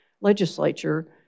legislature